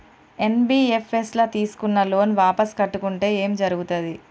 NBFS ల తీస్కున్న loan వాపస్ కట్టకుంటే ఏం జర్గుతది?